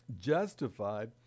justified